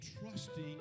trusting